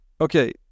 Okay